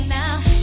now